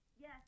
Yes